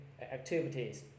activities